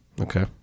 Okay